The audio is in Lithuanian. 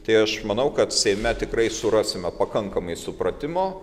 tai aš manau kad seime tikrai surasime pakankamai supratimo